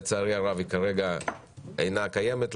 לצערי הרב היא כרגע אינה קיימת.